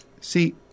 See